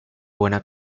buena